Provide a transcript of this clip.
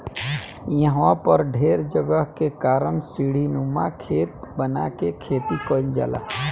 इहवा पर ढेर जगह के कारण सीढ़ीनुमा खेत बना के खेती कईल जाला